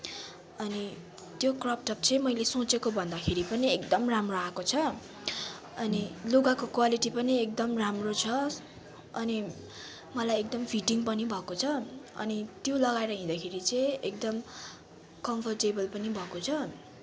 अनि त्यो crop top चाहिँ मैले सोचेको भन्दाखेरि पनि एकदम राम्रो आएको छ अनि लुगाको क्वलिटी पनि एकदम राम्रो छ अनि मलाई एकदम फिटिङ पनि भएको छ अनि त्यो लगाएर हिँड्दाखेरि चाहिँ एकदम कम्फोर्टेबल पनि भएको छ